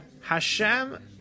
Hashem